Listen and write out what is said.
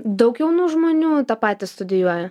daug jaunų žmonių tą patį studijuoja